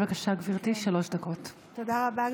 תודה רבה.